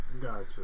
Gotcha